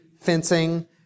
fencing